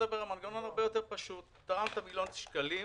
המנגנון הרבה יותר פשוט, תרמת מיליון שקלים,